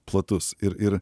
platus ir ir